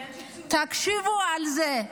תחשבו על זה: